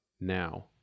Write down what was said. now